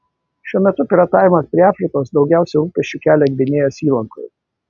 šiuo metu piratavimas prie afrikos daugiausiai rūpesčių kelia gvinėjos įlankoje